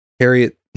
Harriet